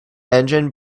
engine